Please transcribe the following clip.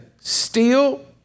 steal